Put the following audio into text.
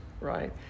right